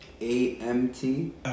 A-M-T